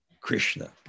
Krishna